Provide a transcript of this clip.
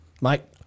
Mike